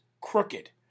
crooked